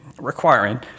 requiring